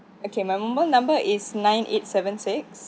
okay my mobile number is nine eight seven six